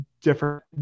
different